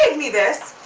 and me this!